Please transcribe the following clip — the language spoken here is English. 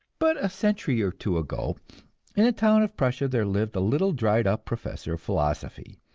but a century or two ago in a town of prussia there lived a little, dried-up professor of philosophy,